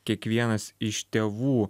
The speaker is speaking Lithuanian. kiekvienas iš tėvų